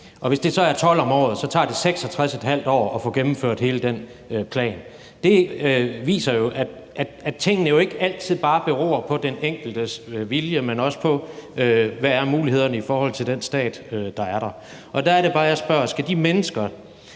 og hvis det så er 12 om året, tager det 66½ år at få gennemført hele den plan. Det viser jo, at tingene ikke altid bare beror på den enkeltes vilje, men også på, hvad mulighederne er i forhold til den stat, der er der, og der er det bare, jeg spørger: Skal de mennesker,